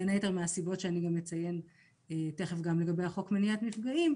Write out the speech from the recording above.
בין היתר מהסיבות שאני גם אציין לגבי החוק למניעת מפגעים,